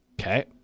Okay